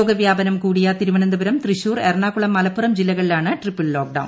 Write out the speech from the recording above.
രോഗവ്യാപനം കൂടിയ തിരുവനന്തപുരം തൃശ്ശൂർ എറണാകുളം മലപ്പുറം ജില്ലകളിലാണ് ട്രിപ്പിൾ ലോക്ഡൌൺ